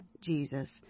Jesus